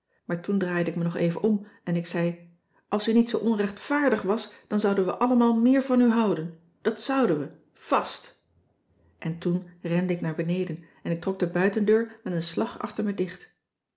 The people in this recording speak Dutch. maar toen draaide ik me nog even om en ik zei als u niet zoo onrechtvaardig was dan zouden wij allemaal meer van u houden dat zouden we vàst en toen rende ik naar beneden en ik trok de buitendeur met een slag achter me dicht